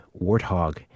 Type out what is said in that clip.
Warthog